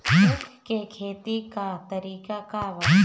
उख के खेती का तरीका का बा?